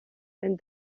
een